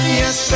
yes